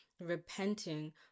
repenting